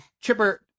Chipper –